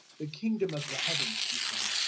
the kingdom of the heavens, he said,